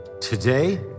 today